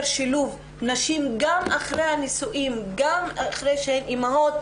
שילוב נשים גם אחרי הנישואים וכשהן אימהות.